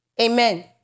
Amen